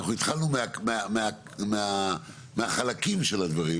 אנחנו התחלנו מהחלקים של הדברים,